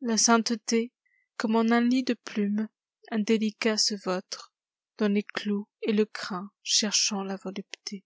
la sainteté comme en un lit de plume un délicat se vautre dans les clous et le crin cherchant la volupté